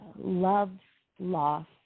love-loss